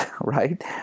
right